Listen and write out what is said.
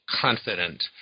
confident